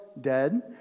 dead